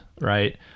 right